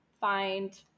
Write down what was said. find